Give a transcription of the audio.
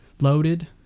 loaded